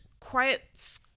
quiet